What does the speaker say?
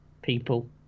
People